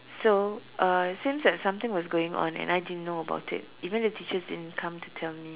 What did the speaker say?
so uh since that something was going on and I didn't know about it even the teachers didn't come to tell me